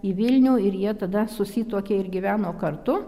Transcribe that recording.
į vilnių ir jie tada susituokė ir gyveno kartu